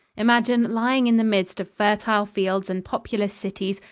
imagine, lying in the midst of fertile fields and populous cities,